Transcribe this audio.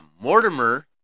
Mortimer